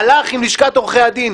הלך עם לשכת עורכי הדין,